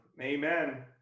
amen